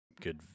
good